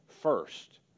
first